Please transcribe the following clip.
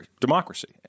democracy